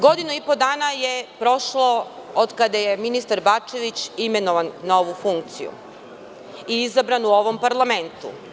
Godinu i po dana je prošlo od kada je ministar Bačević imenovan na ovu funkciju i izabran u ovom parlamentu.